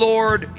Lord